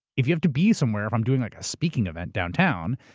if you have to be somewhere, if i'm doing like a speaking event downtown,